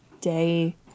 Day